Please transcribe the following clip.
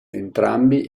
entrambi